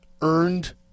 earned